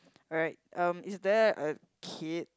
alright um is there a kid